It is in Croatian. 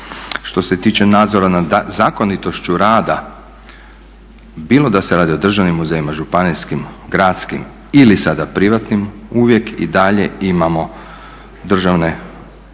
Što se tiče nadzora nad zakonitošću rada, bilo da se radi o državnim muzejima, županijskim, gradskim ili sada privatnim, uvijek i dalje imamo urede državne